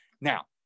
now